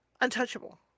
untouchable